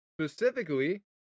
specifically